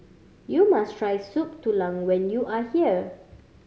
you must try Soup Tulang when you are here